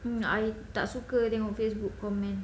and I tak suka tengok Facebook comment